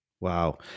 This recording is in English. wow